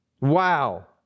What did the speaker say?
Wow